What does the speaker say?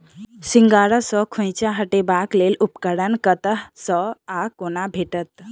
सिंघाड़ा सऽ खोइंचा हटेबाक लेल उपकरण कतह सऽ आ कोना भेटत?